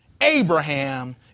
Abraham